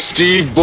Steve